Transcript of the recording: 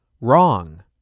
Wrong